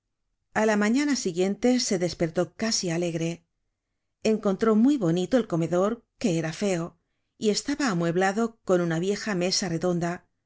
a la mañana siguiente se despertó casi alegre encontró muy bonito el comedor que era feo y estaba amueblado con una vieja mesa redonda